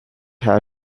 how